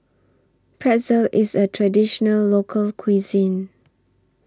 Pretzel IS A Traditional Local Cuisine